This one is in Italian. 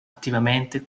attivamente